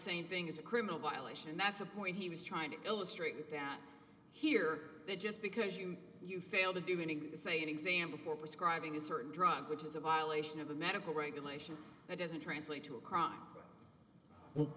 same thing as a criminal violation and that's the point he was trying to illustrate that here that just because you you fail to do anything say an exam before prescribing a certain drug which is a violation of a medical regulation that doesn't translate to a crime